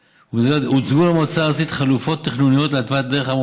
הוצגו למועצה הארצית חלופות תכנוניות להתוויית הדרך.